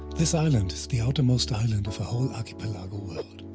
this island is the outermost island of a whole archipelago world.